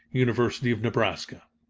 university of nebraska.